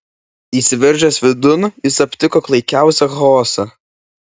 įsiveržęs vidun jis aptiko klaikiausią chaosą